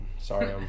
sorry